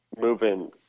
moving